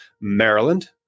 Maryland